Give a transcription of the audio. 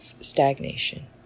stagnation